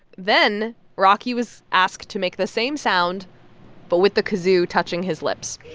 then rocky was asked to make the same sound but with the kazoo touching his lips